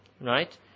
right